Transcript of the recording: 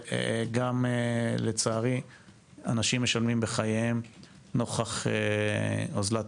גם לצערי אנשים משלמים בחייהם נוכח אוזלת